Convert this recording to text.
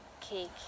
cake